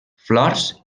flors